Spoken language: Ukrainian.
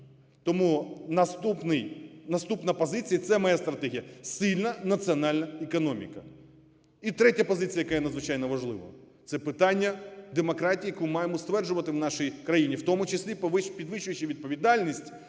Тому наступна позиція – це моя стратегія - сильна національна економіка. І третя позиція, яка є надзвичайно важлива, – це питання демократії, яку маємо стверджувати в нашій країні, в тому числі підвищуючи відповідальність